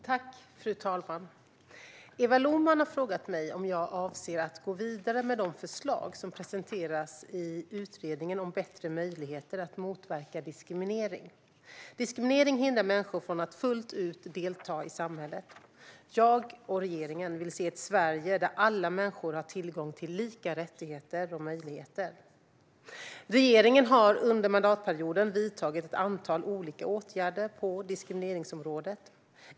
Fru talman! Eva Lohman har frågat mig om jag avser att gå vidare med de förslag som presenteras i utredningen om bättre möjligheter att motverka diskriminering. Diskriminering hindrar människor från att fullt ut delta i samhället. Jag och regeringen vill se ett Sverige där alla människor har tillgång till lika rättigheter och möjligheter. Regeringen har under mandatperioden vidtagit ett antal olika åtgärder på diskrimineringsområdet.